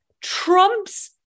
Trump's